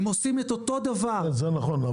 הם עושים את אותו דבר זה נכון,